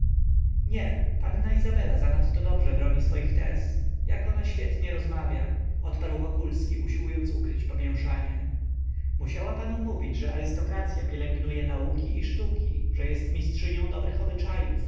nie panna izabela zanadto dobrze broni swoich tez jak ona świetnie rozmawia odparł wokulski usiłując ukryć pomięszanie musiała panu mówić że arystokracya pielęgnuje nauki i sztuki że jest mistrzynią dobrych obyczajów a